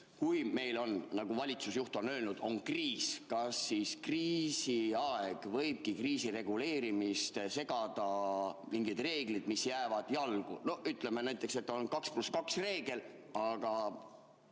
kui meil on, nagu valitsusjuht on öelnud, kriis, siis kas kriisiajal võivad kriisi reguleerimist segada mingid reeglid, mis jäävad jalgu. Ütleme näiteks, et kehtib 2 + 2 reegel, aga